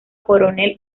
coronel